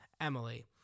Emily